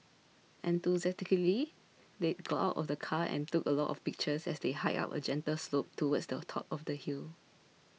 enthusiastically they got out of the car and took a lot of pictures as they hiked up a gentle slope towards the top of the hill